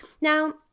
Now